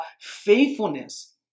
faithfulness